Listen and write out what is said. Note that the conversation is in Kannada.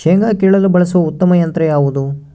ಶೇಂಗಾ ಕೇಳಲು ಬಳಸುವ ಉತ್ತಮ ಯಂತ್ರ ಯಾವುದು?